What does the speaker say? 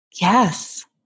Yes